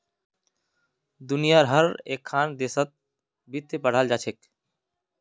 दुनियार हर एकखन देशत वित्त पढ़ाल जा छेक